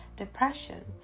depression